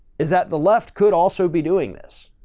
is that the left could also be doing this.